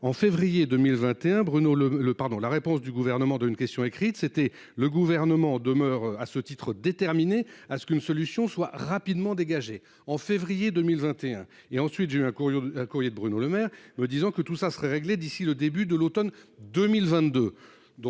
Le le pardon. La réponse du gouvernement dans une question écrite c'était le gouvernement demeure à ce titre, déterminé à ce qu'une solution soit rapidement dégagés en février 2021 et ensuite j'ai eu un courrier un courrier de Bruno Lemaire. Ben disons que tout ça serait réglé d'ici le début de l'Automne 2022.